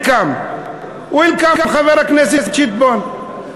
welcome, welcome, חבר הכנסת שטבון.